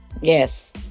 Yes